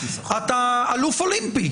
אתה אלוף אולימפי